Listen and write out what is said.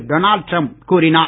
Donald Trump கூறினார்